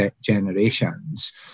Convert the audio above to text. generations